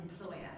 employer